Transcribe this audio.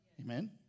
Amen